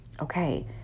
Okay